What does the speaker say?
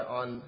on